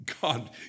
God